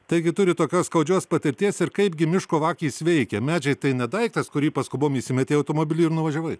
taigi turit tokios skaudžios patirties ir kaipgi miško vagys veikia medžiai tai ne daiktas kurį paskubom įsimetei į automobilį ir nuvažiavai